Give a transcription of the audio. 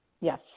Yes